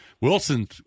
Wilson